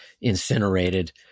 incinerated